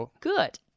Good